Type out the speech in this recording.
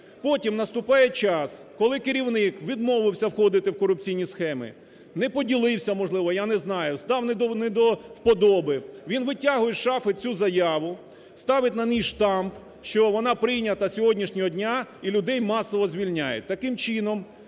потім наступає час, коли керівник відмовився входити в корупційні схеми, не поділився, можливо, я не знаю, став не до вподоби, він витягує з шафи цю заяву, ставить на ній штамп, що вона прийнята сьогоднішнього дня, і людей масово звільняють.